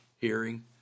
Hearing